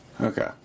Okay